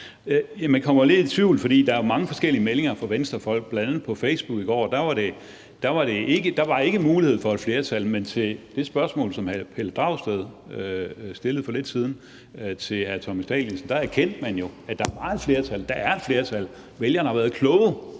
Man kommer jo lidt i tvivl, for der er mange forskellige meldinger fra Venstrefolk, bl.a. på Facebook i går. Der var ikke mulighed for et flertal. Men til det spørgsmål, som hr. Pelle Dragsted stillede for lidt siden til hr. Thomas Danielsen, erkendte man jo, at der var et flertal, der er et flertal. Vælgerne har været kloge,